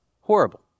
horrible